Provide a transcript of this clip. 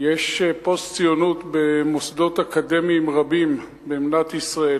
פוסט-ציונות במוסדות אקדמיים רבים במדינת ישראל.